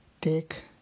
take